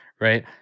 right